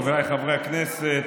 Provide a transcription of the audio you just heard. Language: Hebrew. חבריי חברי הכנסת,